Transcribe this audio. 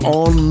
on